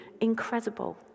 incredible